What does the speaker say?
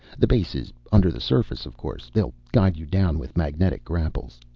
the base is under the surface, of course. they'll guide you down with magnetic grapples.